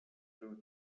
był